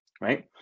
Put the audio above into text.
right